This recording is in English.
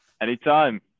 Anytime